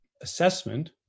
assessment